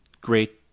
great